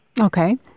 Okay